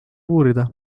uurida